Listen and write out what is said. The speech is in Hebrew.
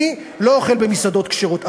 אני לא אוכל במסעדות כשרות.